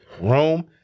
Rome